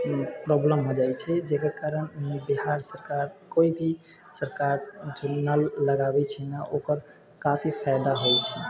problem हो जाइ छै जकर कारण बिहार सरकार कोइ भी सरकार जे नल लगाबै छै ने ओकर काफी फायदा होइ छै